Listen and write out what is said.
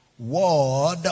word